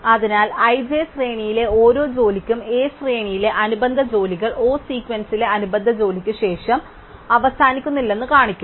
അതിനാൽ i j ശ്രേണിയിലെ ഓരോ ജോലിക്കും A ശ്രേണിയിലെ അനുബന്ധ ജോലികൾ O സീക്വൻസിലെ അനുബന്ധ ജോലിയ്ക്ക് ശേഷം അവസാനിക്കുന്നില്ലെന്ന് ഞങ്ങൾ കാണിക്കും